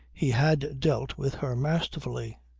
he had dealt with her masterfully.